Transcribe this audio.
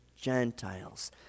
Gentiles